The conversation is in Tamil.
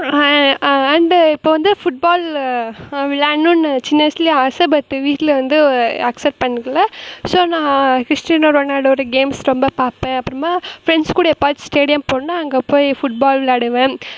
அண்டு இப்போது வந்து ஃபுட் பாள்ளு விளையாட்ணுன்னு சின்ன வயசுலே ஆசை பட்டு வீட்டில் வந்து அக்ஸப்ட் பண்ணிக்கல ஸோ நான் கிறிஸ்டினை ரொனால்டோட கேம்ஸ் ரொம்ப பார்ப்பேன் அப்புறமா ஃபிரண்ட்ஸ் கூட எப்போயாச்சும் ஸ்டேடியம் போனேன்னா அங்கே போய் ஃபுட்பாள் விளையாடுவேன்